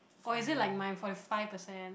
or is it like mine forty five percent